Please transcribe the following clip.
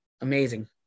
Amazing